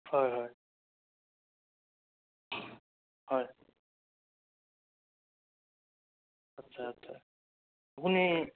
হয় হয় হয় আচ্ছা আচ্ছা আপুনি